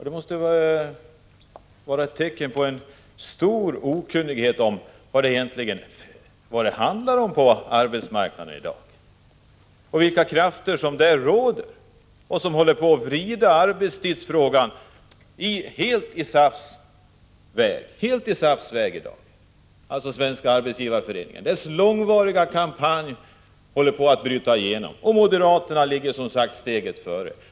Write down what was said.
Det måste vara ett tecken på stor okunnighet om vad det handlar om på arbetsmarknaden i dag, vilka krafter som där råder och som håller på att vrida arbetstidsfrågan helt i den riktning Svenska Arbetsgivareföreningen önskar. SAF:s långvariga kampanj håller på att slå igenom, och moderaterna ligger som sagt steget före.